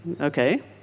okay